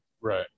Right